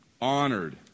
honored